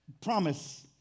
promise